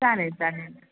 चालेल चालेल